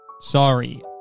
Sorry